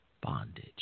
bondage